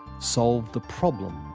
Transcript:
solve the problem